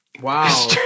Wow